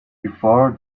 before